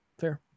fair